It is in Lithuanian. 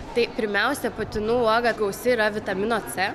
tai pirmiausia putinų uoga gausi yra vitamino c